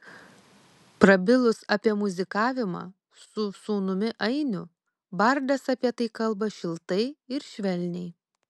prabilus apie muzikavimą su sūnumi ainiu bardas apie tai kalba šiltai ir švelniai